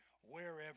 wherever